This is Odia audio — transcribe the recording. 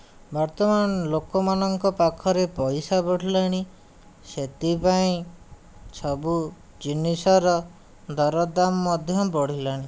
ବର୍ତ୍ତମାନ ଲୋକମାନଙ୍କ ପାଖରେ ପଇସା ବଢ଼ିଲାଣି ସେଥିପାଇଁ ସବୁ ଜିନିଷର ଦରଦାମ ମଧ୍ୟ୍ୟ ବଢ଼ିଲାଣି